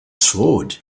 sword